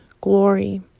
glory